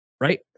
right